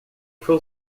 full